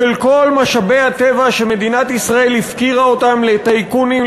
של כל משאבי הטבע שמדינת ישראל הפקירה אותם לטייקונים,